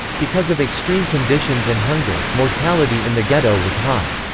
because of extreme conditions and hunger, mortality in the ghetto was high.